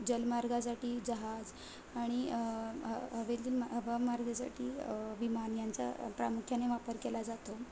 जलमार्गासाठी जहाज आणि हवेती हवामार्गासाठी विमान यांचा प्रामुख्याने वापर केला जातो